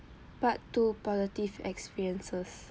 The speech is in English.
part two positive experiences